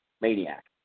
Maniac